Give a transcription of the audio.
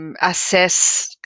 assess